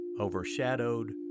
overshadowed